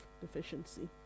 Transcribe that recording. deficiency